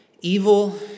evil